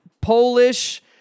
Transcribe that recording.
Polish